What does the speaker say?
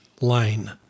line